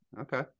Okay